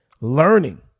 learning